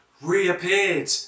reappeared